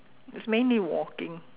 it's mainly walking